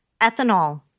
ethanol